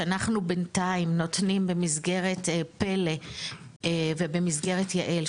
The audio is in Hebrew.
שאנחנו בינתיים נותנים במסגרת פלא ובמסגרת יעל,